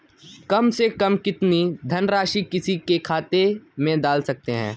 कम से कम कितनी धनराशि किसी के खाते में डाल सकते हैं?